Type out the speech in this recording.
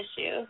issue